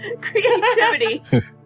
creativity